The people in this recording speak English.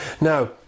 now